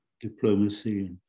diplomacy